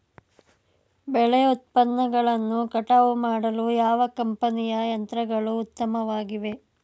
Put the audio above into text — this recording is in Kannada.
ಬೆಳೆ ಉತ್ಪನ್ನಗಳನ್ನು ಕಟಾವು ಮಾಡಲು ಯಾವ ಕಂಪನಿಯ ಯಂತ್ರಗಳು ಉತ್ತಮವಾಗಿವೆ?